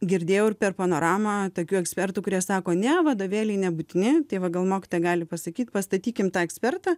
girdėjau ir per panoramą tokių ekspertų kurie sako ne vadovėliai nebūtini tai va gal mokytojai gali pasakyt pastatykim tą ekspertą